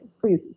please